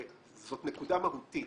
זאת נקודה מהותית.